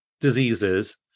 diseases